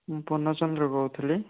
ମୁଁ ପୂର୍ଣ୍ଣଚନ୍ଦ୍ର କହୁଥିଲି